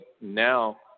now